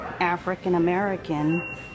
African-American